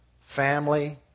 family